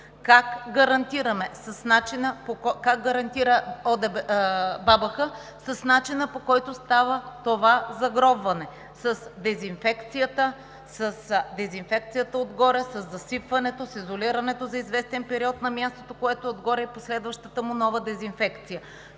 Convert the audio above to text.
Как гарантира БАБХ? С начина, по който става това загробване, с дезинфекцията, с дезинфекцията отгоре, със засипването, с изолирането за известен период на мястото, което е отгоре, и последващата му нова дезинфекция.